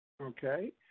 Okay